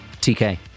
TK